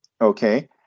Okay